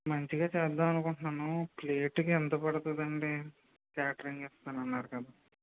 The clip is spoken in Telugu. మంచిగా చేద్దాం అనుకుంటున్నాను ప్లేటుకి ఎంత పడుతుంది అండి క్యాటరింగ్ ఇస్తాను అన్నారు కదా